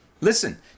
Listen